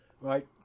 Right